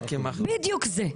בדיוק זה.